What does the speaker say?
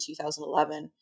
2011